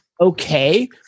okay